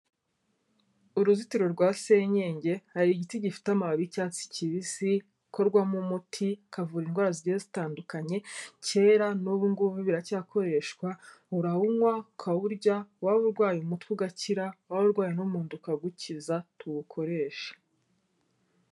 Uruzitiro rwa senyenge, hari igiti gifite amababi y'icyatsi kibisi gikorwamo umuti, ukavura indwara zigiye zitandukanye, kera n'ubu ngubu biracyakoreshwa, urawunywa ukawurya waba urwaye umutwe ugakira, waba urwaye no mu nda ukagukiza tuwukoreshe.